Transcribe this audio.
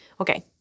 Okay